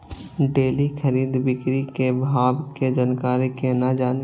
Daily खरीद बिक्री के भाव के जानकारी केना जानी?